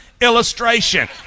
illustration